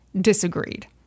disagreed